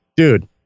Dude